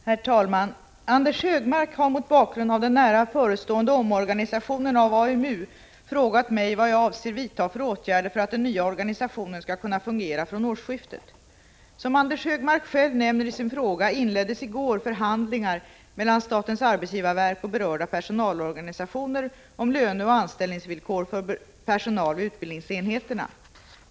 Herr talman! Anders Högmark har mot bakgrund av den nära förestående omorganisationen av AMU frågat mig vad jag avser vidta för åtgärder för att den nya organisationen skall kunna fungera från årsskiftet. Som Anders Högmark själv nämner i sin fråga inleddes i går förhandlingar mellan statens arbetsgivarverk och berörda personalorganisationer om löneoch anställningsvillkor för personal vid utbildningsenheterna.